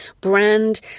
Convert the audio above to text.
brand